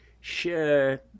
share